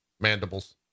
mandibles